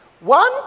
One